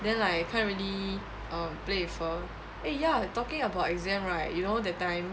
then like can't really err play with her eh ya talking about exam right you know that time